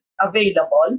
available